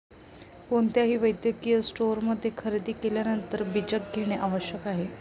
कोणत्याही वैद्यकीय स्टोअरमध्ये खरेदी केल्यानंतर बीजक घेणे आवश्यक आहे